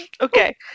Okay